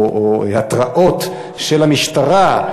או התרעות, של המשטרה.